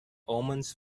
omens